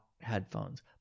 headphones